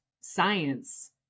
science